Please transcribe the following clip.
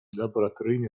laboratoryjnej